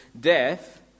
death